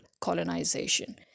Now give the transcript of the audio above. colonization